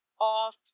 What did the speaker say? off